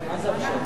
התשע"ב 2012,